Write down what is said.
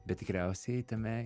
bet tikriausiai tame